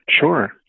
Sure